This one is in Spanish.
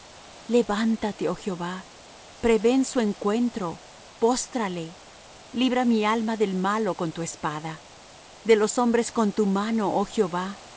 levántate oh jehová prevén su encuentro póstrale libra mi alma del malo con tu espada de los hombres con tu mano oh jehová